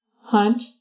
Hunt